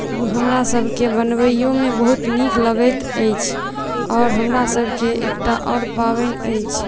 हमरासभके बनबैयोमे बहुत नीक लगैत अछि आओर हमरासभके एकटा आओर पाबनि अछि